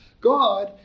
God